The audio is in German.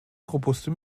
robuste